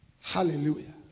Hallelujah